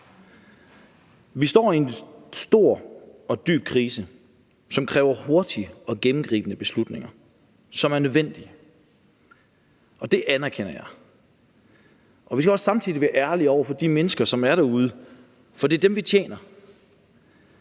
Vi står i en stor og dyb krise, som kræver hurtige og gennemgribende beslutninger, som er nødvendige, og det anerkender jeg. Vi skal samtidig også være ærlige over for de mennesker, som der er derude, for det er dem, vi tjener.